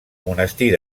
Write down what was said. monestir